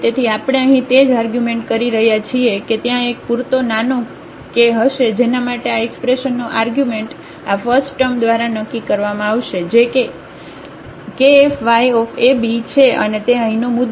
તેથી આપણે અહીં તે જ આર્ગ્યુમેન્ટ કરી રહ્યા છીએ કે ત્યાં એક પૂરતો નાનો કે હશે જેના માટે આ એક્સપ્રેશનનો આર્ગ્યુમેન્ટ આ ફસ્ટટર્મ દ્વારા નક્કી કરવામાં આવશે જે કે kfyab છે અને તે અહીંનો મુદ્દો છે